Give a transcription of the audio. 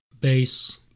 bass